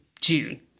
June